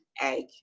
egg